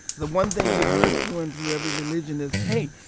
the one thing you've heard through and through every religion is, hey,